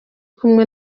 kumwe